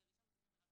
ב-1 לספטמבר,